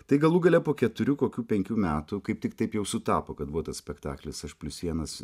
tai galų gale po keturių kokių penkių metų kaip tik taip jau sutapo kad buvo tas spektaklis aš plius vienas